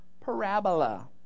parabola